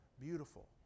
beautiful